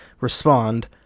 respond